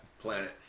planet